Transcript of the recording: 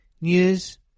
news